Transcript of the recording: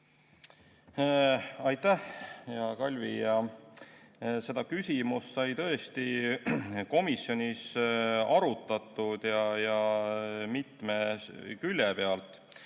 Aitäh, hea Kalvi! Seda küsimust sai tõesti komisjonis arutatud, ja mitme külje pealt.